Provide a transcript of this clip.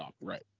Right